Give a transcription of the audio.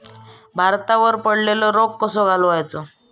भातावर पडलेलो रोग कसो घालवायचो?